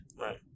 right